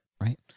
right